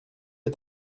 est